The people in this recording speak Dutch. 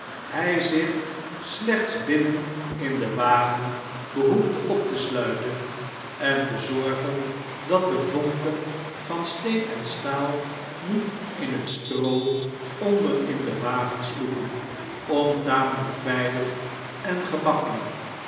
hij zich slechts binnen in den wagen behoefde op te sluiten en te zorgen dat de vonken van steen en staal niet in het stroo onder in den wagen sloegen om tamelijk veilig en gemakkelijk